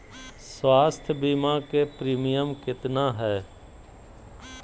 स्वास्थ बीमा के प्रिमियम कितना है?